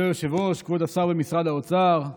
מכובדי היושב-ראש, כבוד השר במשרד האוצר,